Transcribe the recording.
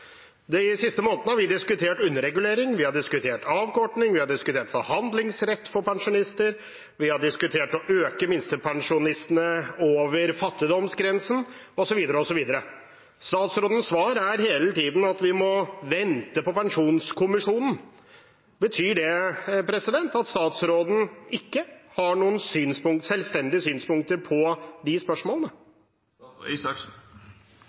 De siste månedene har vi diskutert underregulering, vi har diskutert avkorting, vi har diskutert forhandlingsrett for pensjonister, vi har diskutert økning slik at minstepensjonistene kommer over fattigdomsgrensen osv. Statsrådens svar er hele tiden at vi må vente på pensjonskommisjonen. Betyr det at statsråden ikke har noen selvstendige synspunkter på de spørsmålene?